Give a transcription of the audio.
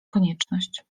konieczność